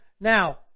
Now